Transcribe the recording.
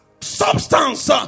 substance